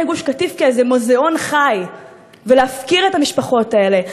גוש-קטין כאיזה מוזיאון חי ולהפקיר את המשפחות האלה.